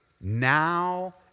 Now